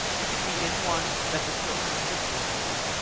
you can be in one that the children of israel were in,